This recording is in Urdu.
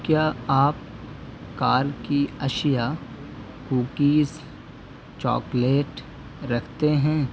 کیا آپ کار کی اشیاء کوکیز چاکلیٹ رکھتے ہیں